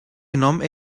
genommen